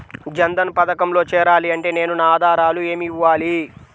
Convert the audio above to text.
జన్ధన్ పథకంలో చేరాలి అంటే నేను నా ఆధారాలు ఏమి ఇవ్వాలి?